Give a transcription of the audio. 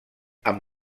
amb